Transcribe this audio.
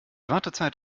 wartezeit